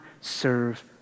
serve